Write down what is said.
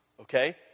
Okay